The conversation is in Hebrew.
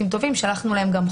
להיות.